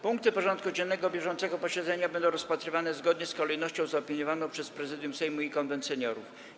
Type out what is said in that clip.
Punkty porządku dziennego bieżącego posiedzenia będą rozpatrywane zgodnie z kolejnością zaopiniowaną przez Prezydium Sejmu i Konwent Seniorów.